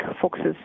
foxes